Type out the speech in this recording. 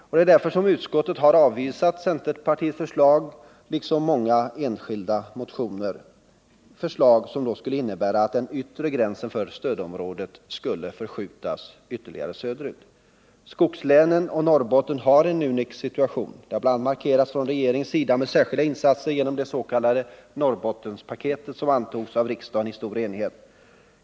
Och det är därför som utskottet har avvisat centerpartiets förslag liksom många enskilda motioner, förslag som skulle innebära att den yttre gränsen för stödområdet skulle förskjutas ytterligare söderut. Skogslänen och Norrbotten har en unik situation. Det har bl.a. markerats från regeringens sida med särskilda insatser genom det s.k. Norrbottenspaketet, som antogs av riksdagen i stor enighet.